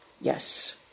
Yes